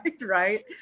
right